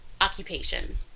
occupation